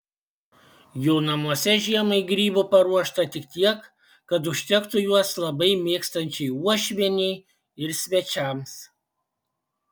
jo namuose žiemai grybų paruošta tik tiek kad užtektų juos labai mėgstančiai uošvienei ir svečiams